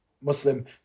Muslim